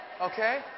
Okay